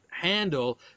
handle